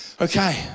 Okay